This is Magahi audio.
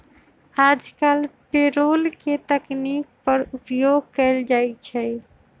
याजकाल पेरोल के तकनीक पर उपयोग कएल जाइ छइ